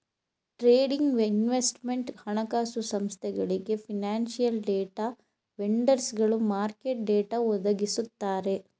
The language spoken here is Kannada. ಟ್ರೇಡಿಂಗ್, ಇನ್ವೆಸ್ಟ್ಮೆಂಟ್, ಹಣಕಾಸು ಸಂಸ್ಥೆಗಳಿಗೆ, ಫೈನಾನ್ಸಿಯಲ್ ಡಾಟಾ ವೆಂಡರ್ಸ್ಗಳು ಮಾರ್ಕೆಟ್ ಡಾಟಾ ಒದಗಿಸುತ್ತಾರೆ